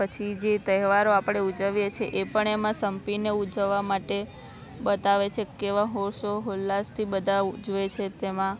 પછી જે તહેવારો આપણે ઉજવીએ છીએ એ પણ એમાં સંપીને ઉજવવા માટે બતાવે છે કેવા હોંશ હુલ્લાસથી બધાં ઉજવે છે તેમાં